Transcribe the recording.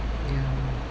ya